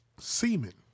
Semen